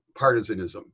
partisanism